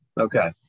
Okay